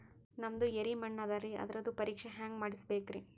ನಮ್ದು ಎರಿ ಮಣ್ಣದರಿ, ಅದರದು ಪರೀಕ್ಷಾ ಹ್ಯಾಂಗ್ ಮಾಡಿಸ್ಬೇಕ್ರಿ?